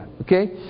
okay